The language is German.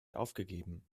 aufgegeben